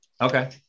Okay